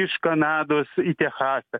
iš kanados į techasą